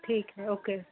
ठीक है ओके